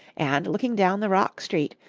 and, looking down the rock street,